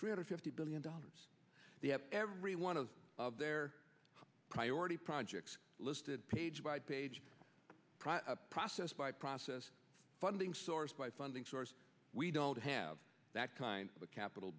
three hundred fifty billion dollars they have every one of of their priority projects listed page by page process by process funding source by funding source we don't have that kind of a capital